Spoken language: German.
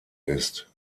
ist